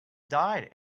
died